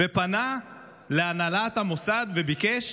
והוא פנה להנהלת המוסד וביקש